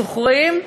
זוכרים?